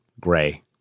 gray